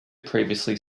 previously